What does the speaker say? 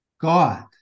God